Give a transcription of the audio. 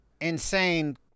insane